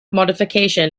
modification